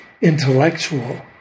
intellectual